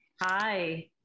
Hi